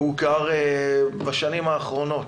הוא הוכר בשנים האחרונות.